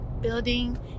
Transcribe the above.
building